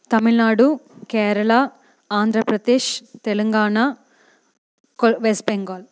தமிழ்நாடு கேரளா ஆந்திர பிரதேஷ் தெலுங்கானா கொ வெஸ்ட் பெங்கால்